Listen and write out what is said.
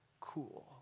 cool